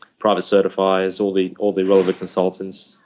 prada certifiers, all the all the relevant consultants,